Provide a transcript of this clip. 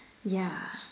yeah